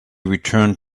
returned